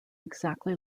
exactly